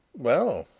well,